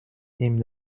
ihm